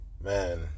Man